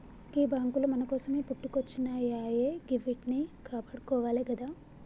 గీ బాంకులు మన కోసమే పుట్టుకొచ్జినయాయె గివ్విట్నీ కాపాడుకోవాలె గదా